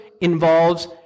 involves